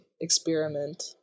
experiment